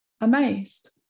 amazed